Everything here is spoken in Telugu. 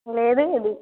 లేదు ఇది